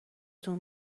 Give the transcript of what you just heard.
تون